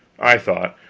i thought,